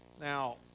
Now